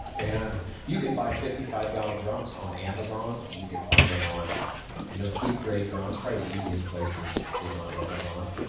and you can buy fifty five gallon drums on amazon. you can find them on you know food-grade drums. probably the easiest place place is on amazon,